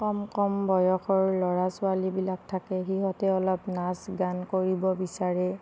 কম কম বয়সৰ ল'ৰা ছোৱালীবিলাক থাকে সিহঁতে অলপ নাচ গান কৰিব বিচাৰে